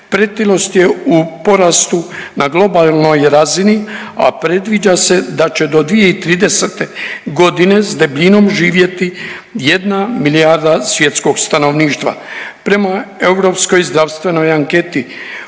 Pretilost je u porastu na globalnoj razini, a predviđa se da će do 2030.g. s debljinom živjeti jedna milijarda svjetskog stanovništva. Prema Europskoj zdravstvenoj anketi